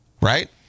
Right